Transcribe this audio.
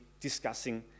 discussing